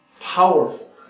powerful